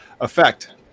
effect